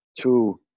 two